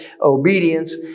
obedience